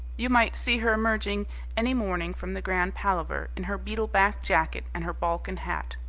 you might see her emerging any morning from the grand palaver in her beetle-back jacket and her balkan hat,